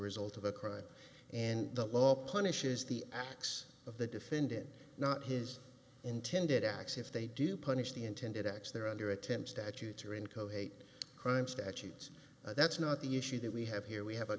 result of a crime and the law punishes the acts of the defendant not his intended acts if they do punish the intended acts there under attempts statutes or in kohei crime statutes that's not the issue that we have here we have a